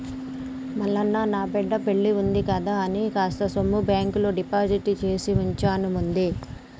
మల్లయ్య నా బిడ్డ పెల్లివుంది కదా అని కాస్త సొమ్ము బాంకులో డిపాజిట్ చేసివుంచాను ముందే